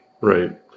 Right